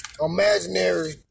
imaginary